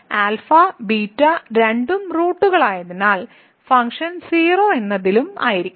α β രണ്ടും റൂട്ടുകളായതിനാൽ ഫംഗ്ഷൻ 0 എന്നതിലും ആയിരിക്കും